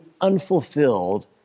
unfulfilled